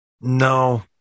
No